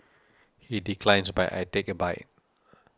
he declines but I take a bite